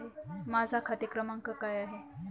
माझा खाते क्रमांक काय आहे?